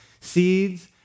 seeds